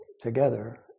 together